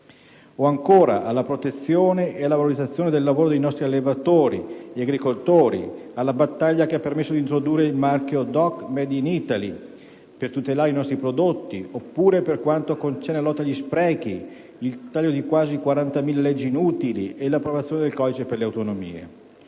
ancora alla protezione e alla valorizzazione del lavoro dei nostri allevatori e agricoltori, alla battaglia che ha permesso di introdurre il marchio DOC *made in Italy* per tutelare i nostri prodotti oppure, per quanto concerne la lotta agli sprechi, il taglio di quasi 40.000 leggi inutili e l'approvazione del codice per le autonomie.